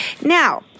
now